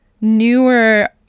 newer